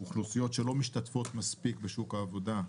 אוכלוסיות שלא משתתפות מספיק בשוק העבודה,